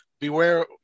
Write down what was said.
Beware